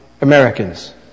Americans